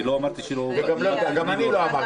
אני לא אמרתי שלא --- גם אני לא אמרתי.